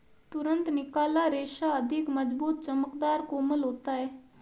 तुरंत निकाला रेशा अधिक मज़बूत, चमकदर, कोमल होता है